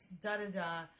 da-da-da